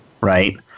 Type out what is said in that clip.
right